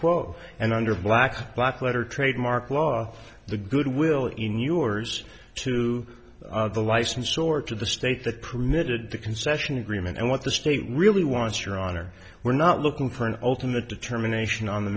quo and under black black letter trademark law the good will in yours to the license or to the state that permitted the concession agreement and what the state really wants your honor we're not looking for an ultimate determination on the